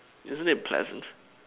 isn't it pleasant